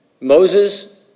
Moses